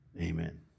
Amen